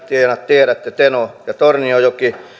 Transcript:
tiedätte teno ja torniojoki